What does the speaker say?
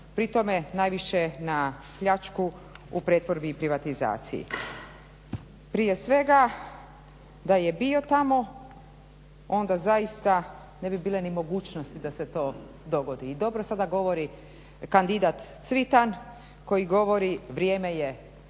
Prije svega da je bio tamo onda zaista ne bi bile ni mogućnosti da se to dogodi i dobro sada govori kandidat Cvitan koji govori vrijeme je